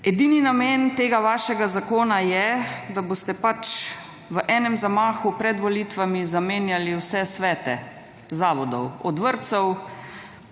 Edini namen tega vašega zakona je, da boste pač v enem zamahu pred volitvami zamenjali vse svete zavodov, od vrtcev